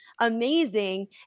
amazing